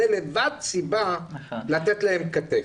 זאת לבד סיבה לתת להם כתף.